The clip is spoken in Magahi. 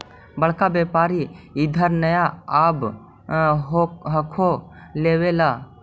बड़का व्यापारि इधर नय आब हको लेबे ला?